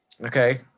Okay